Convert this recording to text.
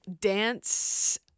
dance